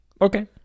Okay